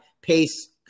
pace